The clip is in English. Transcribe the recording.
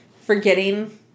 forgetting